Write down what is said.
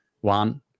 one